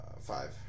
five